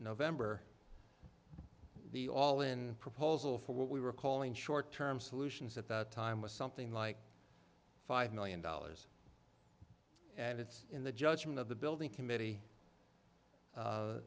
november the all in proposal for what we were calling short term solutions at the time was something like five million dollars and it's in the judgment of the building committee